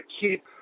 keep